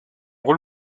rôle